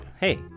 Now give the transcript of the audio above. Hey